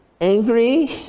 angry